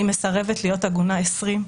אני מסרבת להיות עגונה 20,